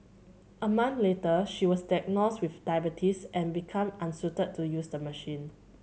a month later she was diagnosed with diabetes and become unsuited to use the machine